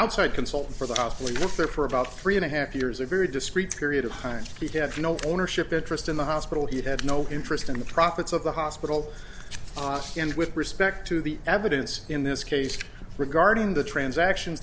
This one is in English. outside consultant for the house we lived there for about three and a half years a very discreet period of time he had no ownership interest in the hospital he had no interest in the profits of the hospital and with respect to the evidence in this case regarding the transaction